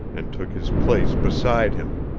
and took his place beside him.